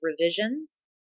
revisions